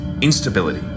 instability